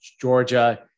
Georgia